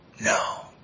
No